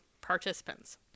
participants